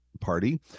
Party